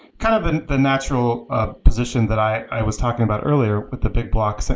kind of and the natural position that i was talking about earlier with the big block so